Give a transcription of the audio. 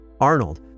Arnold